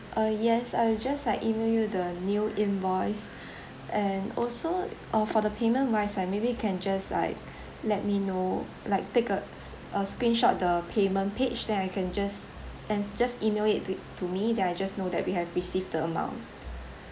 uh yes I'll just like email you the new invoice and also uh for the payment wise ah maybe you can just like let me know like take a s~ uh screenshot the payment page then I can just and just email it to me then I just know that we have received the amount